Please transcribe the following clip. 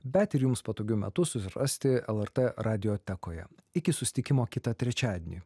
bet ir jums patogiu metu susirasti lrt radiotekoje iki susitikimo kitą trečiadienį